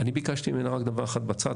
ביקשתי ממנה רק דבר אחד בצד,